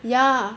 ya